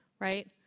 Right